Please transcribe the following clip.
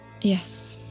Yes